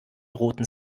roten